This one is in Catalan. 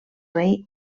rei